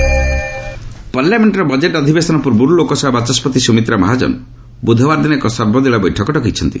ସୁମିତ୍ରା ମହାଜନ ପାର୍ଲାମେଷ୍ଟର ବଜେଟ୍ ଅଧିବେଶନ ପୂର୍ବରୁ ଲୋକସଭା ବାଚସ୍କତି ସୁମିତ୍ରା ମହାଜନ ବୁଧବାର ଦିନ ଏକ ସର୍ବଦଳୀୟ ବୈଠକ ଡକାଇଛନ୍ତି